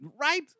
Right